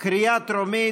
בקריאה טרומית.